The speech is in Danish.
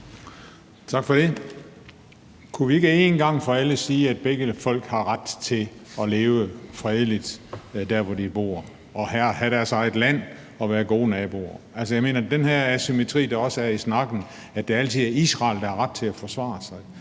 Tak for det. Kunne vi ikke en gang for alle sige, at begge folk har ret til at leve fredeligt der, hvor de bor, og have deres eget land og være gode naboer? Altså, jeg mener, at der er den her asymmetri – som der også er i snakken – nemlig at det altid er i Israel, der har ret til at forsvare sig.